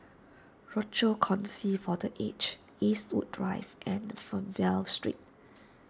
Rochor Kongsi for the Aged Eastwood Drive and Fernvale Street